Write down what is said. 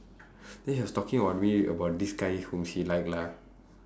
then she was talking about me about this guy whom she like lah